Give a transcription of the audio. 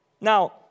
Now